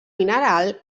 mineral